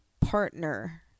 partner